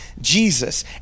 Jesus